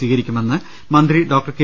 സ്വീകരിക്കുമെന്ന് മന്ത്രി doctor K